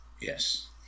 Yes